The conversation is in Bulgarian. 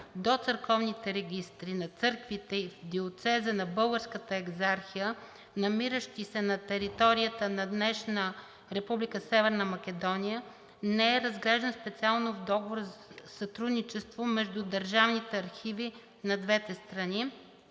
до църковните регистри на църквите и диоцеза на Българската екзархия, намиращи се на територията на днешна Република Северна Македония, не е разглеждан специално в Договора за сътрудничество между държавните архиви на двете страни.